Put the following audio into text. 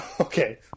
Okay